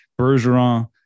Bergeron